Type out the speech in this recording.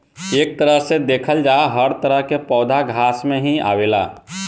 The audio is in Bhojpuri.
एक तरह से देखल जाव त हर तरह के पौधा घास में ही आवेला